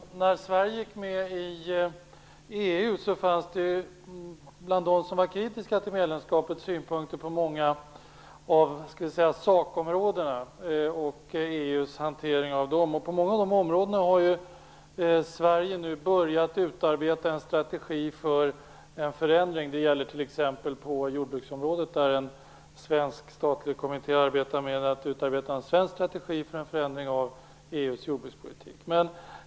Herr talman! När Sverige gick med i EU fanns det bland dem som var kritiska mot medlemskapet synpunkter på många av sakområdena och EU:s hantering av dem. På många av de områdena har ju Sverige nu börjat utarbeta en strategi för en förändring. Det gäller t.ex. på jordbruksområdet där en svensk statlig kommitté arbetar med att utarbeta en svensk strategi för en förändring av EU:s jordbrukspolitik.